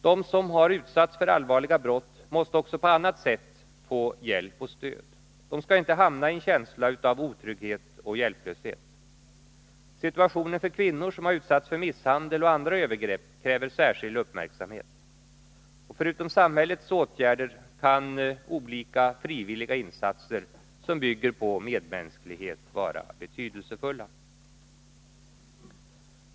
De som har utsatts för allvarliga brott måste även på annat sätt få hjälp och stöd. De skall inte hamna i en känsla av otrygghet och hjälplöshet. Situationen för kvinnor som har utsatts för misshandel och andra övergrepp kräver särskild uppmärksamhet. Förutom samhällets åtgärder kan olika frivilliga insatser som bygger på medmänsklighet vara betydelsefulla.